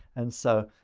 and so,